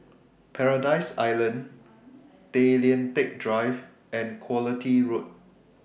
Paradise Island Tay Lian Teck Drive and Quality Road